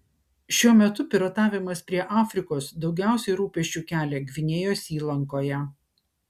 šiuo metu piratavimas prie afrikos daugiausiai rūpesčių kelia gvinėjos įlankoje